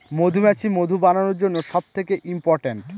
মধুমাছি মধু বানানোর জন্য সব থেকে ইম্পোরট্যান্ট